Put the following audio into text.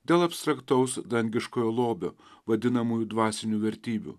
dėl abstraktaus dangiškojo lobio vadinamųjų dvasinių vertybių